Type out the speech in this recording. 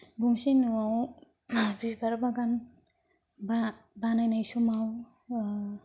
गंसे न'आव बिबार बागान बा बानायनाय समाव